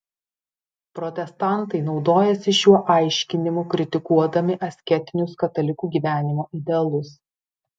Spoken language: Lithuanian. protestantai naudojasi šiuo aiškinimu kritikuodami asketinius katalikų gyvenimo idealus